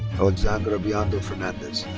alexandra biondo fernandez.